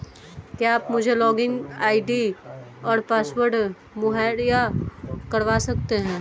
क्या आप मुझे लॉगिन आई.डी और पासवर्ड मुहैय्या करवा सकते हैं?